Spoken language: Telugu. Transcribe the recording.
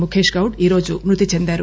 ముఖేష్ గౌడ్ ఈరోజు మృతిచెందారు